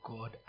God